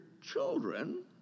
children